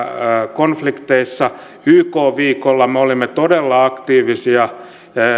konflikteissa yk viikolla me olimme todella aktiivisia